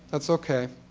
that's ok.